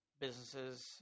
Businesses –